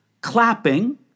clapping